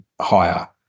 higher